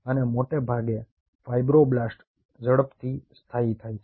અને મોટે ભાગે ફાઇબ્રોબ્લાસ્ટ ઝડપથી સ્થાયી થાય છે